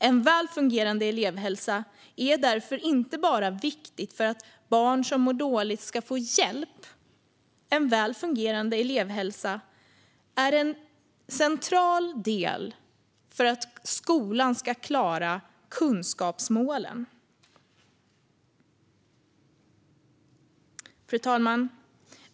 En väl fungerande elevhälsa är därför inte bara viktig för att barn som mår dåligt ska få hjälp. En väl fungerande elevhälsa är en central del för att skolan ska klara kunskapsmålen.